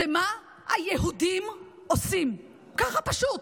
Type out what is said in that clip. הוא מה היהודים עושים, ככה פשוט,